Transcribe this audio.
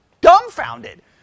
dumbfounded